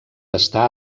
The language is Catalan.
està